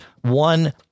One